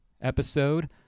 episode